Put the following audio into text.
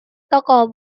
toko